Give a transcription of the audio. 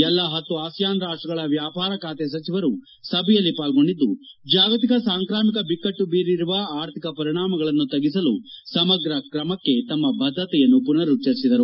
ಎಲ್ಲಾ ಹತ್ತು ಆಸಿಯಾನ್ ರಾಷ್ಲಗಳ ವ್ಯಾಪಾರ ಖಾತೆ ಸಚಿವರು ಸಭೆಯಲ್ಲಿ ಪಾಲ್ಗೊಂಡಿದ್ದು ಜಾಗತಿಕ ಸಾಂಕ್ರಾಮಿಕ ಬಿಕ್ಕಟ್ಲು ಬೀರಿರುವ ಆರ್ಥಿಕ ಪರಿಣಾಮಗಳನ್ನು ತಗ್ಗಸಲು ಸಮಗ್ರ ಕ್ರಮಕ್ಕೆ ತಮ್ನ ಬದ್ದತೆಯನ್ನು ಪುನರುಚ್ಚರಿಸಿದರು